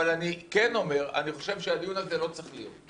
אבל אני כן אומר שאני חושב שהדיון הזה לא צריך להיות.